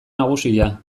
nagusia